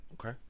okay